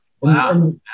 Wow